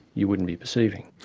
you wouldn't be perceiving.